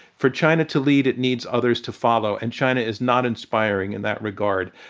for china to lead, it needs others to follow and china is not inspiring in that regard.